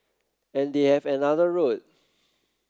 and they have another road